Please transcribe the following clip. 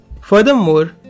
Furthermore